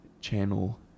channel